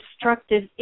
destructive